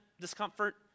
discomfort